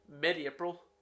mid-April